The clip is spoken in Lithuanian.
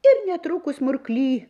ir netrukus murkly